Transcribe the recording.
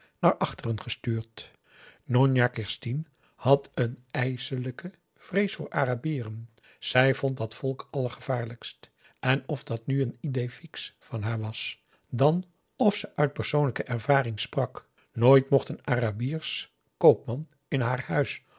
naar achteren gestuurd njonjah kerstien had een ijselijke vrees voor arabieren zij vond p a daum de van der lindens c s onder ps maurits dat volk allergevaarlijkst en of dat nu een i d é e f i x e van haar was dan of ze uit persoonlijke ervaring sprak nooit mocht een arabisch koopman in haar huis